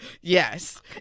Yes